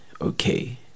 okay